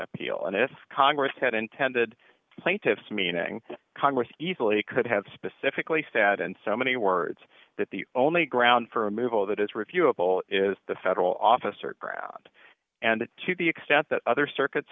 appeal and this congress had intended plaintiffs meaning congress easily could have specifically said and so many words that the only ground for removal that is reviewable is the federal officer ground and to the extent that other circuits